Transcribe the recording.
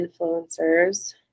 influencers